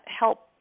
help